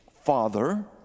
father